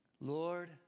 Lord